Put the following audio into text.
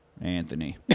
Anthony